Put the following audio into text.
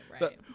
right